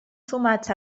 sumats